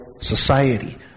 society